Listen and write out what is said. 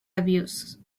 abuses